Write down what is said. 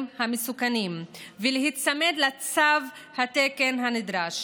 המסוכנים ולהיצמד לתו התקן הנדרש.